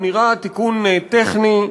הוא נראה תיקון טכני.